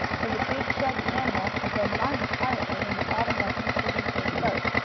for the big shaggy animal had been lying quietly in the bottom of mr. winkler's boat,